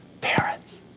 parents